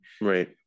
Right